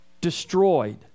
destroyed